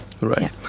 Right